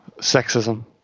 sexism